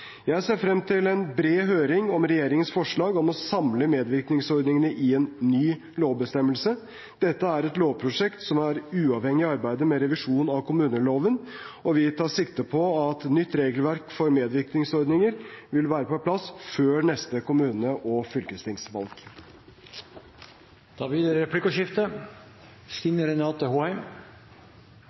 Jeg ser frem til en bred høring om regjeringens forslag om å samle medvirkningsordningene i en ny lovbestemmelse. Dette er et lovprosjekt som er uavhengig av arbeidet med revisjon av kommuneloven, og vi tar sikte på at et nytt regelverk for medvirkningsordninger vil være på plass før neste kommunestyre- og fylkestingsvalg. Det blir replikkordskifte.